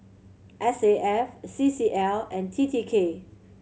S A F C C L and T T K